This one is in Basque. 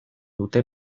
dute